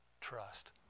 trust